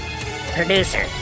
Producer